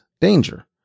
danger